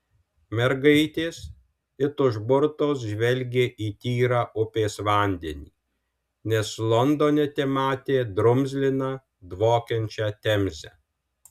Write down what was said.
mergaitės it užburtos žvelgė į tyrą upės vandenį nes londone tematė drumzliną dvokiančią temzę